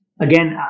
Again